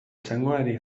txangoari